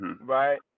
right